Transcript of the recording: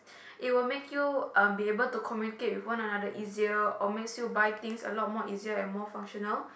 it will make you um be able to communicate with one another easier or makes you buy things a lot more easier and more functional